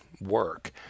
work